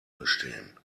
bestehen